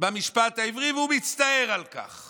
במשפט העברי והוא מצטער על כך,